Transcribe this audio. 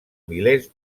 milers